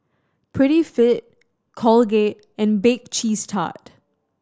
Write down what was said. Prettyfit Colgate and Bake Cheese Tart